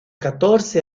catorce